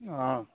অঁ